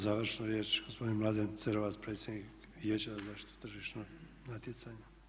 Završnu riječ, gospodin Mladen Cerovac, predsjednik Vijeća za zaštitu tržišnog natjecanja.